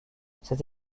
cette